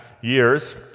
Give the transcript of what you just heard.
years